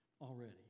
already